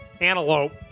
Antelope